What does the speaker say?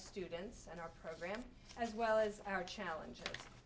students and our program as well as our challenges